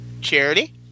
Charity